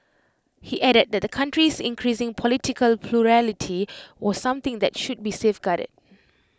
he added that the country's increasing political plurality was something that should be safeguarded